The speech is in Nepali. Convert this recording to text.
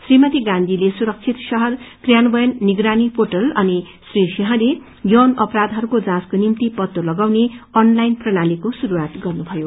श्रीमती गाँचीले सुरक्षित शहर क्रियान्वयन निगरानी पोर्टल अनि श्री सिंहले यौन अपरायहरूको जाँचको स्थिति पत्तो लगाउने अनलाइन प्रणालीको शुरूआत गर्नुभयो